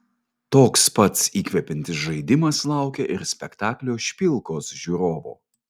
toks pats įkvepiantis žaidimas laukia ir spektaklio špilkos žiūrovo